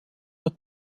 der